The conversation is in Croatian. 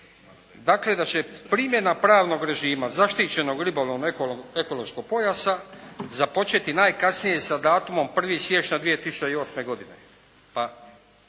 dakle da će primjena pravnog režima zaštićenog ribolovnog ekološkog pojasa započeti najkasnije sa datumom 1. siječnja 2008. godine.